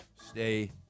stay